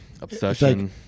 obsession